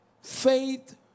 faith